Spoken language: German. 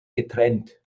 getrennt